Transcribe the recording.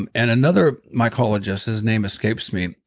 and and another mycologist, his name escapes me,